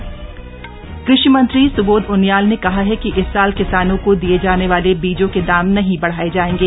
कृषि मंत्री बैठक कृषि मंत्री सुबोध उनियाल ने कहा है कि इस साल किसानों को दिये जाने वाले बीजों के दाम नहीं बढ़ाये जायेंगे